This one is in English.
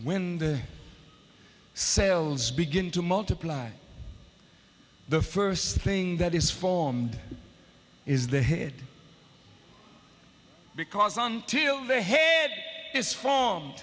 when the sales begin to multiply the first thing that is formed is the head because until the head is fo